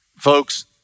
Folks